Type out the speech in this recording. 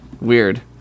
Weird